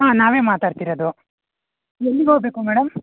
ಹಾಂ ನಾವೇ ಮಾತಾಡ್ತಿರೋದು ಎಲ್ಲಿಗೆ ಹೋಗ್ಬೇಕು ಮೇಡಂ